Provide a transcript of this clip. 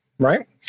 Right